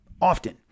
often